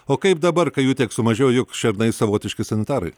o kaip dabar kai jų tiek sumažėjo juk šernai savotiški sanitarai